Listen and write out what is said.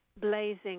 blazing